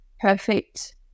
perfect